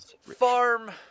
farm